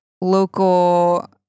local